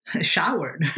showered